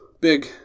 big